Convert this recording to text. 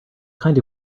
kind